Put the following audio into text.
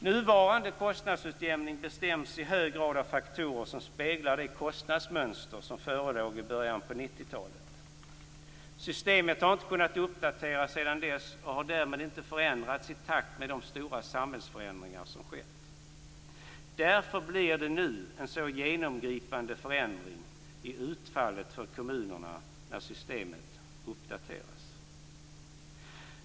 Nuvarande kostnadsutjämning bestäms i hög grad av faktorer som speglar de kostnadsmönster som förelåg i början av 1990-talet. Systemet har inte kunnat uppdateras sedan dess och har därmed inte förändrats i takt med de stora samhällsförändringar som har skett. Därför blir det nu en så genomgripande förändring i utfallet för kommunerna när systemet uppdateras.